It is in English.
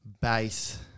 base